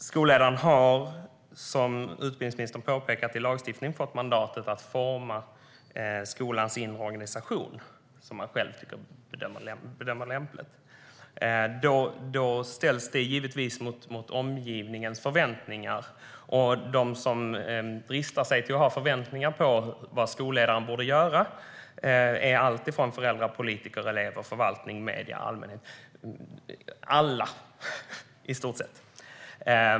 Skolledaren har, som utbildningsministern påpekat, i lagstiftning fått mandatet att forma skolans inre organisation som man själv bedömer lämpligt. Det ställs givetvis mot omgivningens förväntningar. De som dristar sig till att ha förväntningar på vad skolledaren bör göra är alltifrån föräldrar till politiker, elever, förvaltning, medier, allmänhet - i stort sett alla.